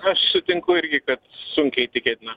aš sutinku irgi kad sunkiai tikėtina